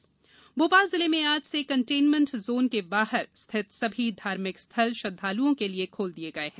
lockdown छूट भोपाल जिले में आज से कंटेनमेंट जोन के बाहर स्थित सभी धार्मिक स्थल श्रद्धालुओं के लिये खोल दिये गये हैं